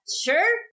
sure